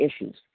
issues